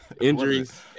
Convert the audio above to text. injuries